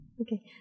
Okay